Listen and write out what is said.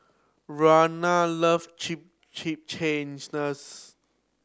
Vernon love Chimichangas